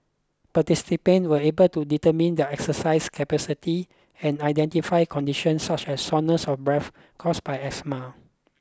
participants will be able to determine their exercise capacity and identify conditions such as shortness of breath caused by asthma